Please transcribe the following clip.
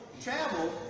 travel